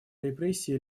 репрессии